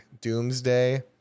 Doomsday